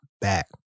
back